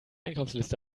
einkaufsliste